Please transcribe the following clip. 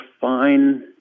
fine